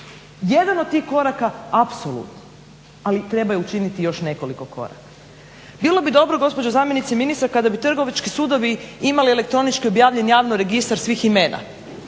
jedan od tih koraka apsolutno, ali treba učiniti i još nekoliko koraka. Bilo bi dobro gospođo zamjenice ministra kada bi trgovački sudovi imali elektronički objavljen javno registar svih imena,